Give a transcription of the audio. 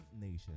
Nation